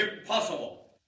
Impossible